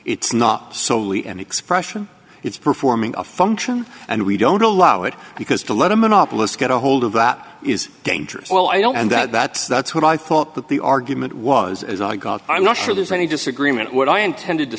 it's not solely an expression it's performing a function and we don't allow it because to let a monopolist get ahold of that is dangerous well i don't and that's that's what i thought that the argument was as i got i'm not sure there's any disagreement what i intended to